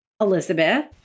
Elizabeth